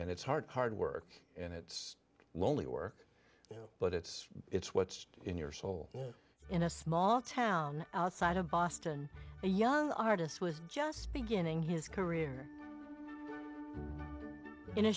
and it's hard hard work and it's lonely work you know but it's it's what's in your soul you know in a small town outside of boston a young artist was just beginning his career in a